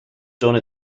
done